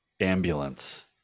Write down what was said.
Ambulance